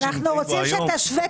אנחנו רוצים שתשווה.